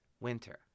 Winter